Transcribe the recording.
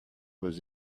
was